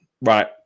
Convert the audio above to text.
right